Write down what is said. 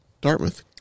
Dartmouth